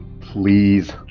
Please